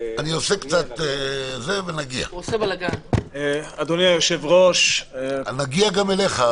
נגיע גם אליך,